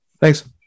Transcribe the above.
Thanks